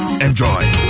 Enjoy